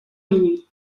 minuit